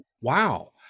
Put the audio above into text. wow